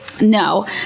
no